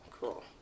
cool